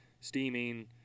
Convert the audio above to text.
steaming